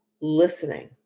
listening